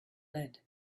lead